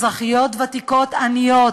אזרחיות ותיקות עניות,